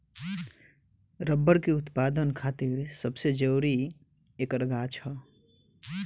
rubber के उत्पदान खातिर सबसे जरूरी ऐकर गाछ ह